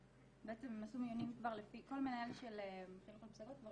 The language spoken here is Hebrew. והם עשו מיונים כבר לפי --- חינוך לפסגות כבר